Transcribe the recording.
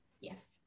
Yes